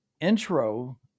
intro